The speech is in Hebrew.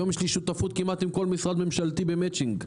היום יש לי שותפות כמעט עם כל משרד ממשלתי במצ'ינג,